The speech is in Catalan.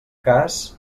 cas